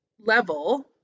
level